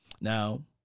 Now